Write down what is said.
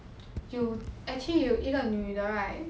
就 actually 有一个女的 right